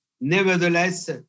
Nevertheless